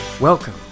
Welcome